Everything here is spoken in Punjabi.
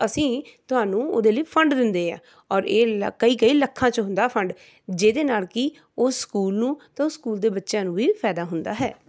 ਤਾਂ ਅਸੀਂ ਤੁਹਾਨੂੰ ਉਹਦੇ ਲਈ ਫੰਡ ਦਿੰਦੇ ਆ ਔਰ ਇਹ ਲ ਕਈ ਕਈ ਲੱਖਾਂ 'ਚ ਹੁੰਦਾ ਫ਼ੰਡ ਜਿਹਦੇ ਨਾਲ ਕਿ ਉਹ ਸਕੂਲ ਨੂੰ ਅਤੇ ਉਸ ਸਕੂਲ ਦੇ ਬੱਚਿਆ ਨੂੰ ਵੀ ਫਾਇਦਾ ਹੁੰਦਾ ਹੈ